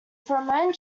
pheromone